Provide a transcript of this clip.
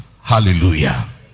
Hallelujah